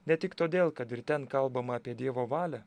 ne tik todėl kad ir ten kalbama apie dievo valią